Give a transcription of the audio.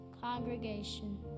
Congregation